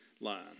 line